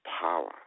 power